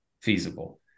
feasible